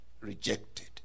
rejected